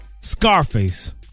Scarface